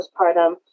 postpartum